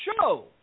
show